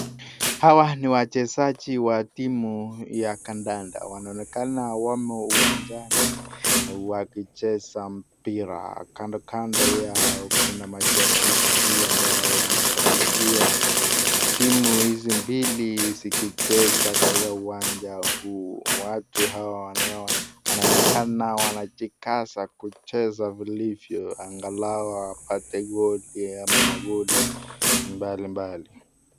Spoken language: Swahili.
Hawa ni wachezaji wa timu ya kandanda, wanaonekana wamo uwanjani wakicheza mpira kando kando yao kuna mashabiki ambao wanashabikia timu hizi mbili zikicheza katika uwanja huu. Watu hawa wanaonekana wanajikaza kucheza vilivyo angalau wapate goli ama magoli mbalimbali.